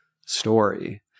story